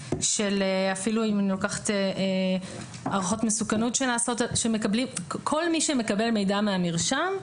אפילו אם אני לוקחת הערכות מסוכנות שנעשות כל מי שמקבל מידע מהמרשם,